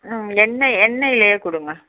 ம் எண்ணெய் எண்ணெயிலே கொடுங்க